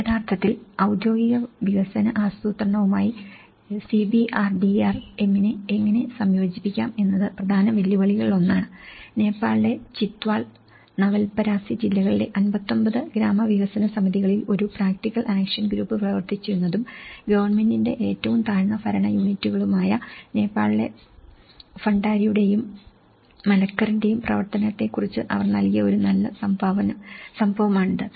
യഥാർത്ഥത്തിൽ ഔദ്യോഗിക വികസന ആസൂത്രണവുമായി സിബിആർഡിആർഎമ്മിനെ എങ്ങനെ സംയോജിപ്പിക്കാം എന്നത് പ്രധാന വെല്ലുവിളികളിലൊന്നാണ് നേപ്പാളിലെ ചിത്വാൾ നവൽപരാസി ജില്ലകളിലെ 59 ഗ്രാമവികസന സമിതികളിൽ ഒരു പ്രാക്ടിക്കൽ ആക്ഷൻ ഗ്രൂപ്പ് പ്രവർത്തിച്ചിരുന്നതും ഗവൺമെന്റിന്റെ ഏറ്റവും താഴ്ന്ന ഭരണ യൂണിറ്റുകളുമായ നേപ്പാളിലെ ഭണ്ഡാരിയുടെയും മലക്കറിന്റെയും പ്രവർത്തനങ്ങളെക്കുറിച്ച് അവർ നൽകിയ ഒരു നല്ല സംഭവമാണിത്